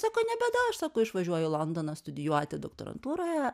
sako ne bėda aš sako išvažiuoju į londoną studijuoti doktorantūroje